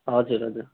हजुर हजुर